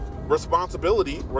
responsibility